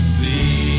See